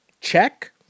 Check